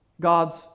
God's